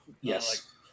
Yes